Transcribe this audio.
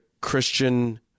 Christian